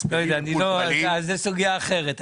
זאת סוגייה אחרת.